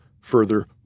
further